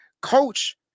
coach